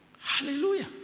Hallelujah